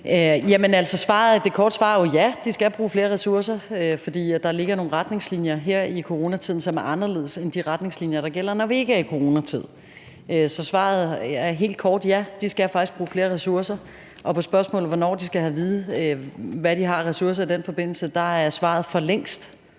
det korte svar er jo et ja. De skal bruge flere ressourcer, fordi der ligger nogle retningslinjer her i coronatiden, som er anderledes end de retningslinjer, der gælder, når vi ikke er i en coronatid. Så det korte svar er: Ja, de skal faktisk bruge flere ressourcer. Med hensyn til spørgsmålet om, hvornår de skal have at vide, hvad de har af ressourcer i den forbindelse, er svaret: For længst